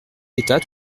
l’état